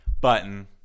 button